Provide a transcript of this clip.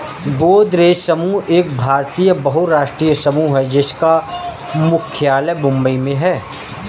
गोदरेज समूह एक भारतीय बहुराष्ट्रीय समूह है जिसका मुख्यालय मुंबई में है